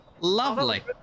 Lovely